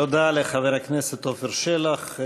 תודה לחבר הכנסת עפר שלח.